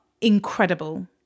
incredible